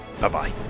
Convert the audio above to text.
Bye-bye